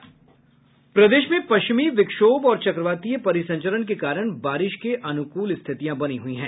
प्रदेश में पश्चिमी विक्षोभ और चक्रवातीय परिसंचरण के कारण बारिश के अनुकूल स्थितियां बनी हुई हैं